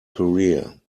career